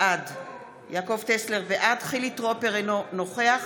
בעד חילי טרופר, אינו נוכח